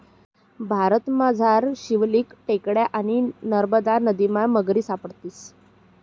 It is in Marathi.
भारतमझार शिवालिक टेकड्या आणि नरमदा नदीमा मगरी सापडतीस